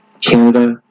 Canada